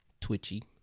Twitchy